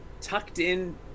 tucked-in